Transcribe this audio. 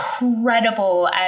incredible